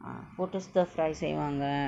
ah போட்டு:potu stir fry செய்வாங்க:seivanga